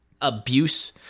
abuse